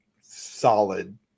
solid